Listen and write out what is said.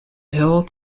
hill